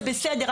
זה בסדר.